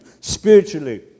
spiritually